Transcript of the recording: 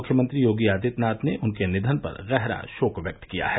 मुख्यमंत्री योगी आदित्यनाथ ने उनके निधन पर गहरा शोक व्यक्त किया है